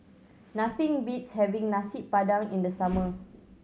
nothing beats having Nasi Padang in the summer